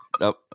nope